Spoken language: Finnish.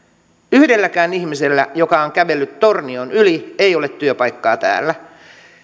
yhdelläkään ihmisellä joka on kävellyt tornion yli ei ole työpaikkaa täällä